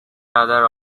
other